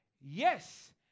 yes